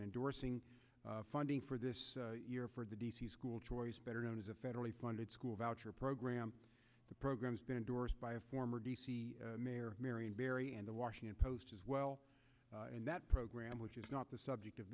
endorsing funding for this year for the d c school choice better known as a federally funded school voucher program the program's been endorsed by a former d c mayor marion barry and the washington post as well and that program which is not the subject of